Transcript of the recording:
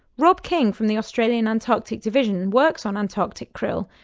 rob king from the australian antarctic division works on antarctic krill,